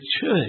church